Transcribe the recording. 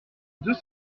deux